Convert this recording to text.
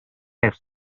have